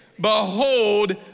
behold